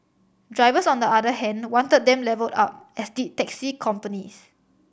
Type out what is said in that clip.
drivers on the other hand wanted them levelled up as did taxi companies